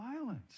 violence